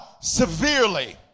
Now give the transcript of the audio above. Severely